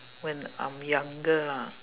when I'm younger lah